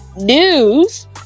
news